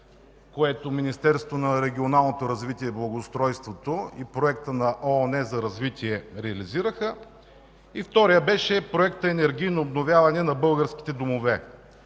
което Министерството на регионалното развитие и благоустройството и Проекта на ООН за развитие реализираха. Вторият беше Проект „Енергийно обновяване на българските домове”